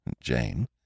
Jane